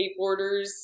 skateboarders